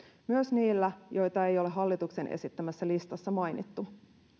myös niillä joita ei ole hallituksen esittämässä listassa mainittu